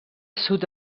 sud